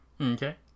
Okay